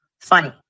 Funny